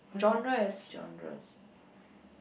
genres